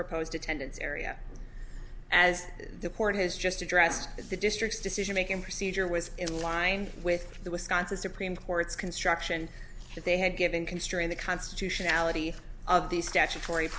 proposed attendance area as the court has just addressed the district's decision making procedure was in line with the wisconsin supreme court's construction that they had given constrain the constitutionality of these statutory